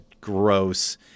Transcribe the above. gross